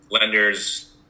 Lenders